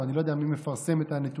או אני לא יודע מי מפרסם את הנתונים,